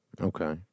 Okay